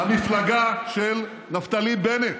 המפלגה של נפתלי בנט,